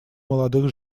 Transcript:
молодых